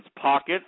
pockets